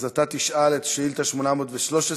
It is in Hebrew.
אז אתה תשאל את שאילתה 813,